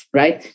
right